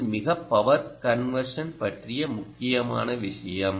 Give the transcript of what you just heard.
இது மிக power conversion பற்றிய முக்கியமான விஷயம்